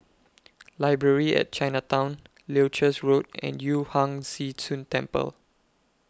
Library At Chinatown Leuchars Road and Yu Huang Zhi Zun Temple